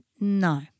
No